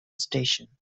station